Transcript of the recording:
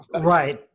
Right